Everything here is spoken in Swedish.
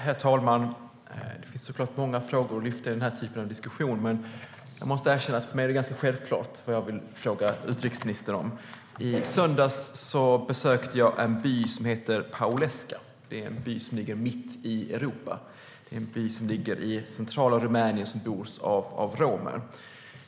Herr talman! Det finns såklart många frågor att lyfta fram i den här typen av diskussioner, men jag måste erkänna att det för mig är ganska självklart vad jag vill fråga utrikesministern om. I söndags besökte jag en by som heter Pauleasca. Den ligger mitt i Europa, i centrala Rumänien, och bebos av romer.